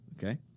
Okay